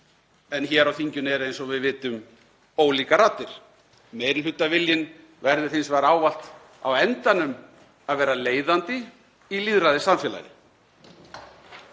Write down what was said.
en hér á þinginu eru eins og við vitum ólíkar raddir. Meirihlutaviljinn verður hins vegar ávallt á endanum að vera leiðandi í lýðræðissamfélagi.